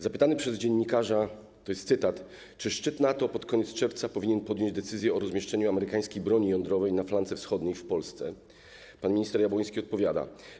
Zapytany przez dziennikarza, to jest cytat, czy szczyt NATO pod koniec czerwca powinien podjąć decyzję o rozmieszczeniu amerykańskiej broni jądrowej na flance wschodniej w Polsce, pan minister Jabłoński odpowiada: